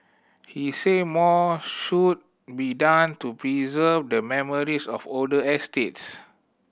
he said more should be done to preserve the memories of older estates